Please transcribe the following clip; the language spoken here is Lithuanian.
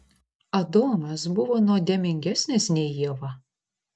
adomas buvo nuodėmingesnis nei ieva